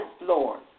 Lord